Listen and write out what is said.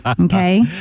okay